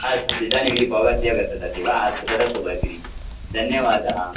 अस्तु इदानीं भवत्येव ददाति वा अस्तु ददातु भगिनी धन्यवादः